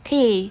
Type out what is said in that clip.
可以